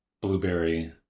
blueberry